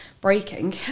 breaking